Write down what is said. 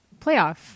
playoff